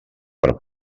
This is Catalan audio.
per